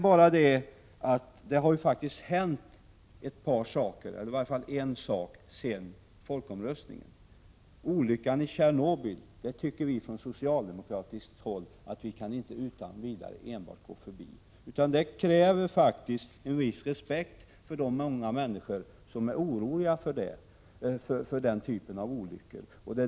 Men det har faktiskt hänt något sedan folkomröstningen: olyckan i Tjernobyl. Det tycker vi från socialdemokratiskt håll att vi inte utan vidare kan gå förbi. Det krävs en viss respekt för de många människor som är oroliga för den typen av olyckor.